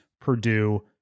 Purdue